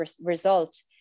result